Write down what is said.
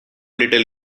little